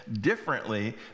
differently